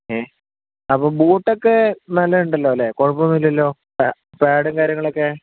ഏ അപ്പോൾ ബൂട്ടൊക്കെ നല്ലതുണ്ടല്ലോ അല്ലേ കുഴപ്പമൊന്നും ഇല്ലല്ലോ പേഡും കാര്യങ്ങളൊക്കെ